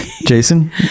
jason